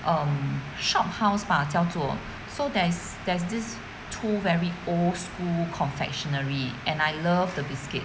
um shophouse 吧叫做 so there's there's these two very old school confectionery and I love the biscuits